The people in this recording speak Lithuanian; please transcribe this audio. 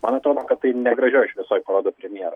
man atrodo kad tai negražioj šviesoj parodo premjerą